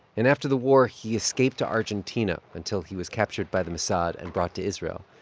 and after the war, he escaped to argentina until he was captured by the mossad and brought to israel.